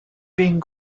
being